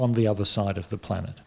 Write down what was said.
on the other side of the planet